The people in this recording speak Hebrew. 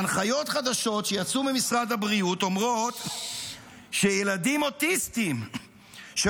הנחיות חדשות שיצאו ממשרד הבריאות אומרות שילדים אוטיסטים של